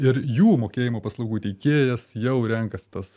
ir jų mokėjimo paslaugų teikėjas jau renkasi tas